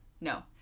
No